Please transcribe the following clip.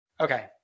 Okay